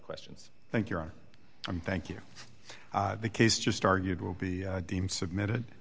questions i think you're on i'm thank you the case just argued will be deemed submitted